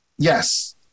Yes